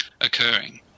occurring